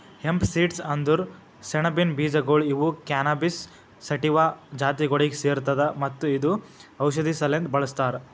hemp seeds ಅಂದುರ್ ಸೆಣಬಿನ ಬೀಜಗೊಳ್ ಇವು ಕ್ಯಾನಬಿಸ್ ಸಟಿವಾ ಜಾತಿಗೊಳಿಗ್ ಸೇರ್ತದ ಮತ್ತ ಇದು ಔಷಧಿ ಸಲೆಂದ್ ಬಳ್ಸತಾರ್